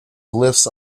glyphs